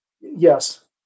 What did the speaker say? Yes